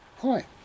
hi